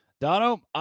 Dono